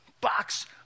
box